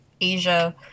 Asia